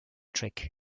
trick